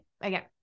again